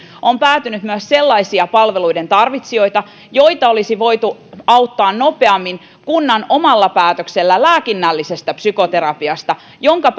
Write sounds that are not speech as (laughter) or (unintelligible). on päätynyt myös sellaisia palveluiden tarvitsijoita joita olisi voitu auttaa nopeammin kunnan omalla päätöksellä lääkinnällisestä psykoterapiasta jonka (unintelligible)